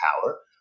power